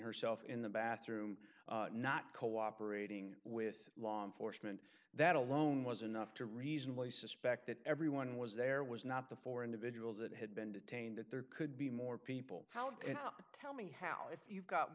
herself in the bathroom not cooperating with law enforcement that alone was enough to reasonably suspect that everyone was there was not the four individuals that had been detained that there could be more people out and out tell me how if you've got